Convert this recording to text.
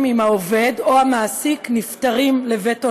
אם העובד או המעסיק נפטרים לבית עולמם,